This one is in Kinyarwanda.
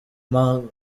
mahlangu